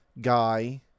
guy